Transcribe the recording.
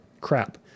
crap